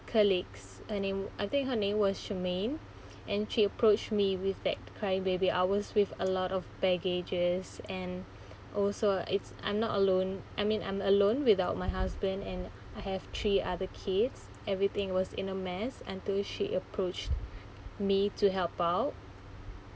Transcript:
colleagues her name I think her name was shermaine and she approached me with that cry baby hours with a lot of baggages and also it's I'm not alone I mean I'm alone without my husband and I have three other kids everything was in a mess until she approached me to help out